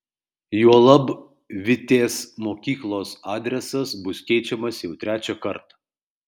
juolab vitės mokyklos adresas bus keičiamas jau trečią kartą